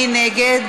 מי נגד?